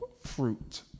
fruit